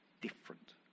different